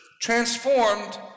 transformed